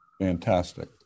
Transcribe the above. Fantastic